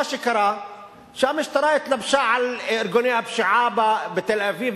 מה שקרה שהמשטרה התלבשה על ארגוני הפשיעה בתל-אביב,